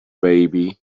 baby